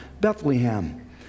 Bethlehem